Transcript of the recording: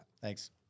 Thanks